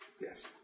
Yes